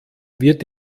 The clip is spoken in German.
wird